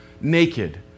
naked